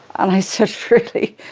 and i said really?